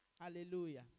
Hallelujah